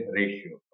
ratio